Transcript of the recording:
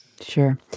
Sure